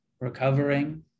recovering